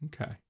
Okay